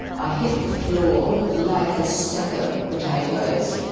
i hit the floor like a sack of potatoes.